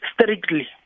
strictly